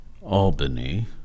Albany